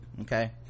okay